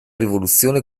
rivoluzione